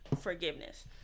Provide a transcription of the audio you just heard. forgiveness